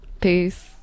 Peace